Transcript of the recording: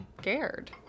scared